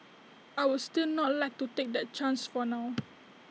I would still not like to take that chance for now